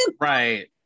Right